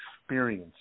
experience